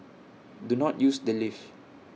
do not use the lift